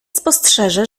spostrzeże